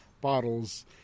bottles